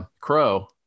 crow